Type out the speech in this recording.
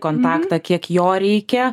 kontaktą kiek jo reikia